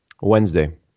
Wednesday